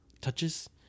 touches